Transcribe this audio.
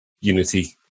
Unity